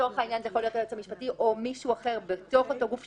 לצורך העניין זה יכול להיות היועץ המשפטי או מישהו אחר בתוך אותו גוף,